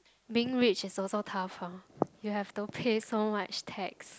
being rich is also tough !huh! you have to pay so much tax